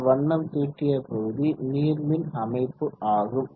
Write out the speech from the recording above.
இந்த வண்ணம் தீட்டிய பகுதி நீர்மின் அமைப்பு ஆகும்